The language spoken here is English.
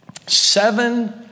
Seven